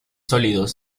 sólidos